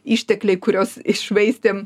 ištekliai kuriuos iššvaistėm